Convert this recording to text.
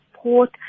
support